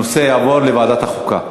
הנושא יעבור לוועדת החוקה.